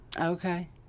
Okay